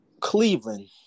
Cleveland